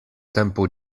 tempo